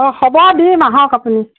অঁ হ'ব দিম আহক আপুনি